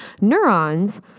neurons